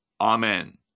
Amen